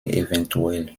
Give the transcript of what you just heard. evtl